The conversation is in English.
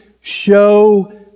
show